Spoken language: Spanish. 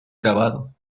grabado